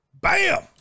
Bam